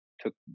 took